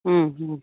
ಹ್ಞೂ ಹ್ಞೂ